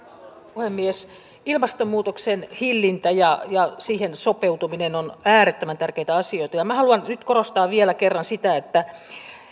puhemies ilmastonmuutoksen hillintä ja ja siihen sopeutuminen ovat äärettömän tärkeitä asioita ja minä haluan nyt nyt korostaa vielä kerran sitä että